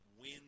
win